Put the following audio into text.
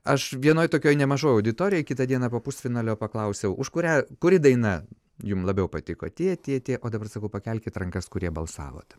aš vienoj tokioj nemažoj auditorijoj kitą dieną po pusfinalio paklausiau už kurią kuri daina jum labiau patiko tie tie tie o dabar sakau pakelkit rankas kurie balsavot